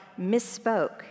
misspoke